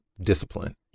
discipline